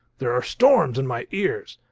there are storms in my ears.